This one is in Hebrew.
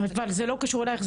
זה לא קשור אלייך.